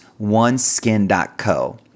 oneskin.co